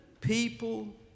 people